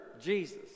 Jesus